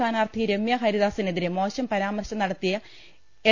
സ്ഥാനാർഥി രമൃ ഹരിദാസിനെതിരെ മോശം പരാമർശം നടത്തിയ എൽ